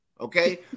Okay